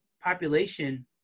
population